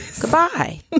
Goodbye